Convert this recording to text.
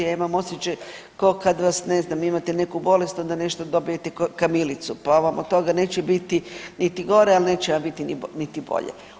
Ja imam osjećaj kao kad vas ne znam, imate neku bolest, onda nešto dobijete kao kamilicu, pa vam od toga neće biti niti gore, ali neće vam biti niti bolje.